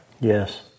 Yes